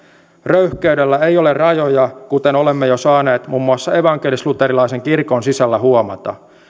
röyhkeydellä ei ole rajoja kuten olemme jo saaneet muun muassa evankelisluterilaisen kirkon sisällä huomata